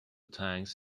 tanks